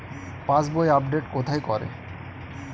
পাসবই update কোথায় করে?